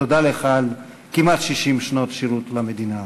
תודה לך על כמעט 60 שנות שירות למדינה הזאת.